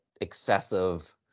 excessive